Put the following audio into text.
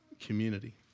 community